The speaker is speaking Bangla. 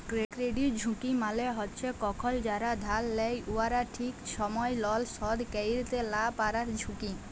কেরডিট ঝুঁকি মালে হছে কখল যারা ধার লেয় উয়ারা ঠিক ছময় লল শধ ক্যইরতে লা পারার ঝুঁকি